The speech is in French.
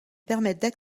permettent